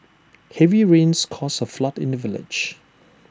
heavy rains caused A flood in the village